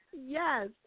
Yes